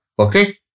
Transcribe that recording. Okay